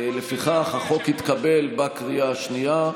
לפיכך החוק התקבל בקריאה השנייה.